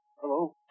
Hello